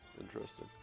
interesting